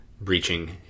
breaching